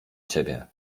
ciebie